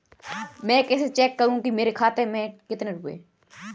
मैं कैसे चेक करूं कि मेरे खाते में कितने रुपए हैं?